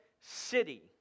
city